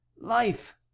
Life